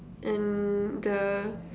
and the